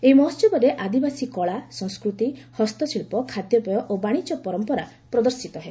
ଏହି ମହୋସବରେ ଆଦିବାସୀ କଳା ସଂସ୍କୃତି ହସ୍ତଶିଳ୍ପ ଖାଦ୍ୟପେୟ ଓ ବାଶିଜ୍ୟ ପରମ୍ପରା ପ୍ରଦର୍ଶିତ ହେବ